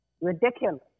ridiculous